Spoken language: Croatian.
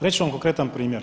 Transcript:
Reći ću vam konkretan primjer.